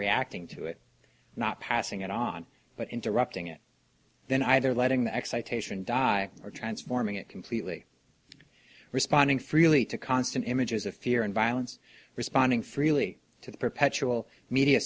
reacting to it not passing it on but interrupting it then either letting the excitation die or transforming it completely responding freely to constant images of fear and violence responding freely to the perpetual media